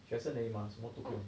学生而已吗什么都不用